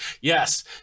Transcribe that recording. yes